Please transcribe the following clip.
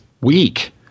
weak